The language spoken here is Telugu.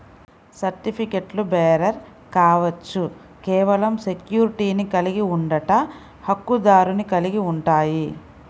సర్టిఫికెట్లుబేరర్ కావచ్చు, కేవలం సెక్యూరిటీని కలిగి ఉండట, హక్కుదారుని కలిగి ఉంటాయి,